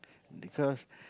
because